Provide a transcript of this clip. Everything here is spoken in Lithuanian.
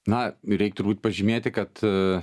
na reik turbūt pažymėti kad